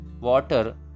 water